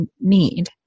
need